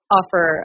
offer